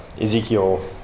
Ezekiel